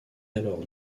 alors